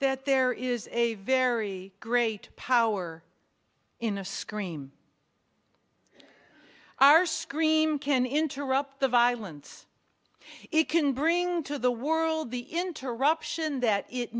that there is a very great power in a scream our scream can interrupt the violence it can bring to the world the interruption that it